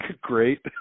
great